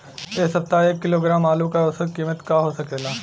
एह सप्ताह एक किलोग्राम आलू क औसत कीमत का हो सकेला?